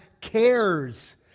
cares